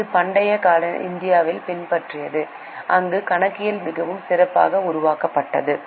இது பண்டைய இந்தியாவைப் பற்றியது அங்கு கணக்கியல் மிகவும் சிறப்பாக உருவாக்கப்பட்டது